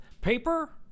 paper